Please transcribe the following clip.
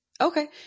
okay